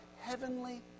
heavenly